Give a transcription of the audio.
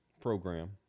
program